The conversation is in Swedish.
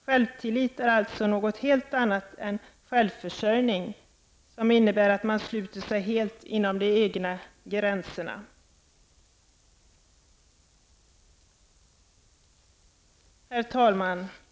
Självtillit är alltså något helt annat än självförsörjning, som innebär att man sluter sig helt inom de egna gränserna. Herr talman!